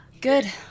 Good